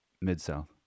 Mid-South